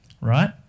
right